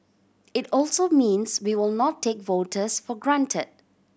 it also means we will not take voters for granted